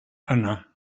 yna